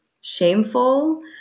shameful